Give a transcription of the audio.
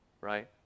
Right